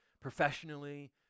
professionally